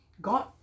God